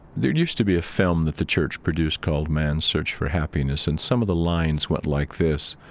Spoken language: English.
there used to be a film that the church produced called man's search for happiness, and some of the lines went like this